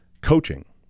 coaching